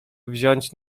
wziąć